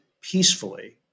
peacefully